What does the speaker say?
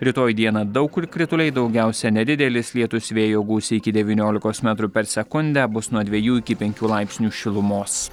rytoj dieną daug kur krituliai daugiausiai nedidelis lietus vėjo gūsiai iki devyniolikos metrų per sekundę bus nuo dvejų iki penkių laipsnių šilumos